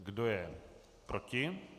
Kdo je proti?